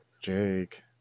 Jake